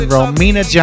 Romina